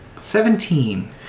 Seventeen